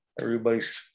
everybody's